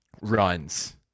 runs